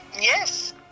Yes